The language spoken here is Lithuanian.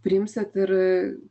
priimsit ir